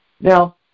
Now